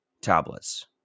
tablets